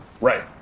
Right